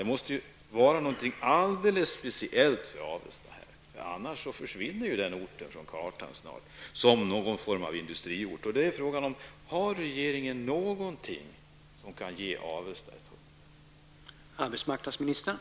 Det måste vara någonting alldeles speciellt för Avesta, annars försvinner den orten, som industriort, från kartan snart. Har regeringen någonting som kan ge Avesta ett hopp?